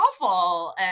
awful